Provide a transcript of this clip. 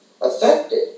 affected